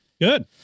good